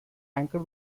anchor